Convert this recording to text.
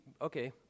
Okay